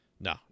No